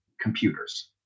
computers